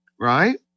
right